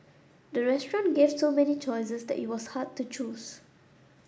the restaurant gave so many choices that it was hard to choose